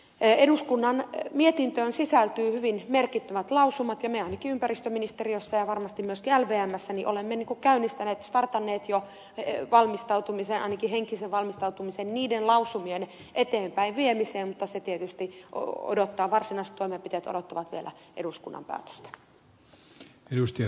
eduskunnan mietintöön sisältyy hyvin merkittävät lausumat ja me ainakin ympäristöministeriössä olemme jo käynnistäneet startanneet valmistautumisen ainakin henkisen valmistautumisen niiden lausumien eteenpäinviemiseen ja varmasti myöskin lvmssä näin on tehty mutta varsinaiset toimenpiteet odottavat tietysti vielä eduskunnan päätöstä